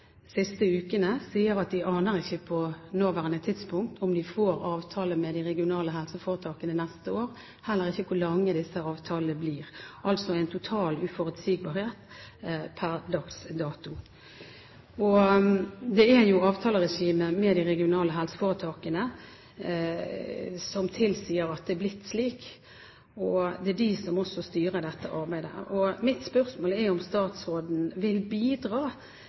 regionale helseforetakene neste år, heller ikke hvor lange disse avtalene blir – altså en total uforutsigbarhet per dags dato. Det er avtaleregimet med de regionale helseforetakene som tilsier at det er blitt slik, og det er de som også styrer dette arbeidet. Mitt spørsmål er om statsråden vil bidra